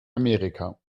amerika